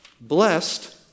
Blessed